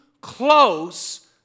close